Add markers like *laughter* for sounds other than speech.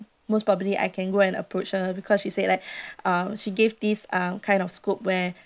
most probably I can go and approach her because she said like *breath* uh she gave this um kind of scope where